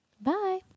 Bye